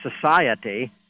society